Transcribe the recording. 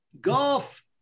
golf